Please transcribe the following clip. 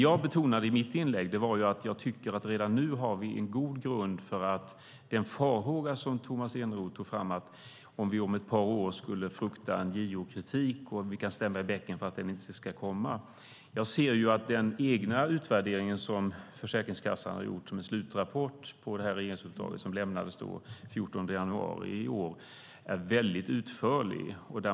Jag betonade i mitt inlägg att det redan nu finns en god grund för den farhåga Tomas Eneroth tog upp om att vi kan frukta JO-kritik om ett par år och att vi ska stämma i bäcken så att den inte kommer. Jag anser att den utvärdering som Försäkringskassan har gjort, en slutrapport på regeringsuppdraget, som lades fram den 14 januari i år, är utförlig.